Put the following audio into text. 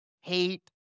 hate